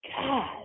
God